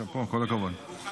שאפו, כל הכבוד.